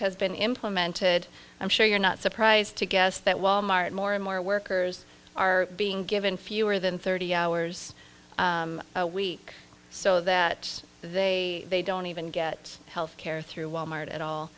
has been implemented i'm sure you're not surprised to guess that wal mart more and more workers are being given fewer than thirty hours a week so that they they don't even get health care through wal mart at all